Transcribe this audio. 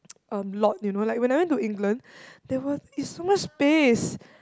lot you know like when I went to England there were it's so much space